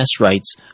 rights